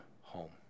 home